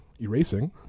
erasing